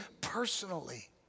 personally